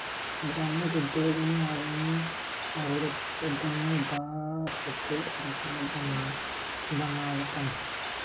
ग्रामिण उद्योग मे आदमी अउरत दुन्नो बास के सामान बनावलन